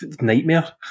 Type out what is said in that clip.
Nightmare